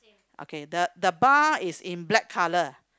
okay the the bar is in black colour